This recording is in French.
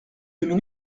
deux